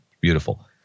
beautiful